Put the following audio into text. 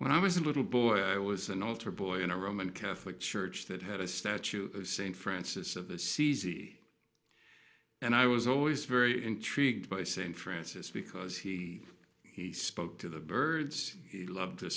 when i was a little boy i was an altar boy in a roman catholic church that had a statue of st francis of assisi and i was always very intrigued by st francis because he he spoke to the birds he loved t